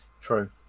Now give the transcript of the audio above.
True